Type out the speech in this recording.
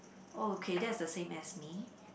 oh okay that's the same as me